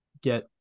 get